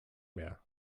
mehr